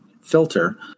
filter